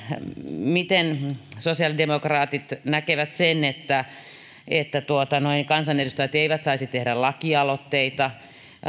miten sosiaalidemokraatit näkevät sen että että kansanedustajat eivät saisi tehdä asioista lakialoitteita